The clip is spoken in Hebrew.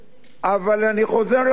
אבל אני חוזר לבסיס: